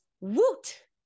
woot